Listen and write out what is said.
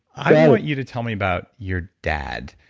i want you to tell me about your dad,